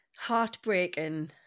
heartbreaking